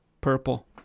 Purple